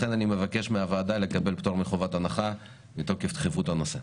לכן אני מבקש מהוועדה לקבל פטור מחובת הנחה מתוקף דחיפות הנושא.